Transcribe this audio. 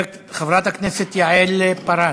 חברת הכנסת יעל פארן,